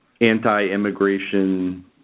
anti-immigration